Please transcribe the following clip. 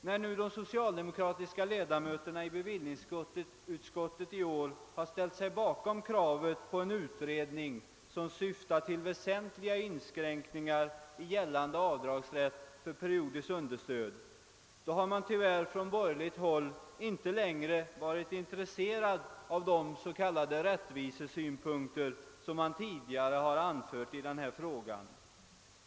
När nu de socialdemokratiska ledamöterna i bevillningsutskottet i år ställt sig bakom kravet på en utredning som syftar till väsentliga inskränkningar i gällande avdragsrätt för periodiskt understöd, är man tyvärr från borgerligt håll inte längre intresserad av de s.k. rättvisesynpunkter som man tidigare anfört i denna fråga.